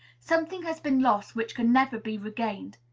something has been lost which can never be regained.